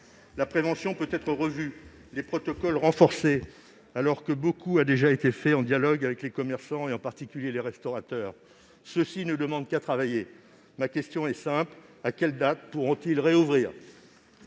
La prévention peut être revue, les protocoles renforcés alors que beaucoup a déjà été fait en dialogue avec les commerçants et, en particulier, les restaurateurs qui ne demandent qu'à travailler ! Monsieur le Premier ministre, ma question est simple : à quelle date pourront-ils rouvrir ?